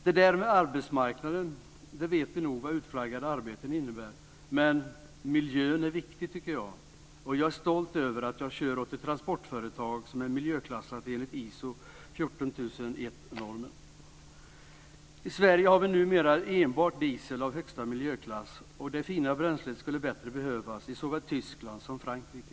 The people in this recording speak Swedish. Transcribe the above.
Det där med arbetsmarknaden, det vet vi nog vad utflaggade arbeten innebär men miljön är viktig tycker jag och jag är stolt över att jag kör åt ett transportföretag som är miljöklassat enligt ISO 14001-normen. I Sverige har vi numera enbart diesel av högsta miljöklass och det fina bränslet skulle bättre behövas i såväl Tyskland som Frankrike.